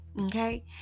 okay